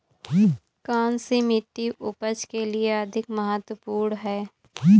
कौन सी मिट्टी उपज के लिए अधिक महत्वपूर्ण है?